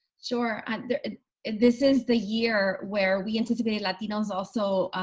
sure this is the year where we anticipated latinos also,